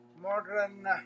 modern